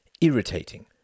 irritating